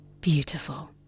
Beautiful